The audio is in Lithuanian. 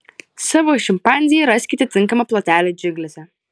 savo šimpanzei raskite tinkamą plotelį džiunglėse